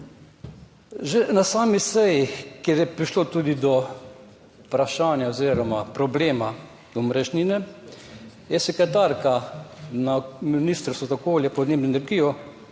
Že na sami seji, kjer je prišlo tudi do vprašanja oziroma problema omrežnine, je sekretarka na Ministrstvu za okolje, podnebje in energijo